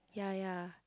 ya ya